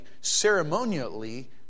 ceremonially